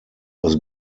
was